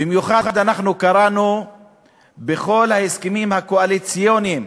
במיוחד קראנו בכל ההסכמים הקואליציוניים,